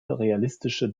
realistische